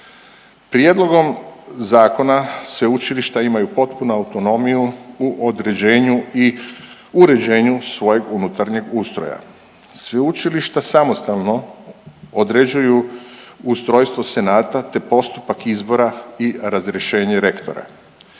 Prijedlogom zakona sveučilišta imaju potpunu autonomiju u određenju i uređenju svojeg unutarnjeg ustroja. Sveučilišta samostalno određuju ustrojstvo senata te postupak izbora i razrješenje rektora.